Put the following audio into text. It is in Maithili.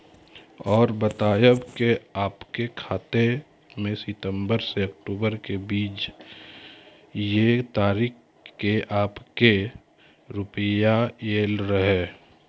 और बतायब के आपके खाते मे सितंबर से अक्टूबर के बीज ये तारीख के आपके के रुपिया येलो रहे?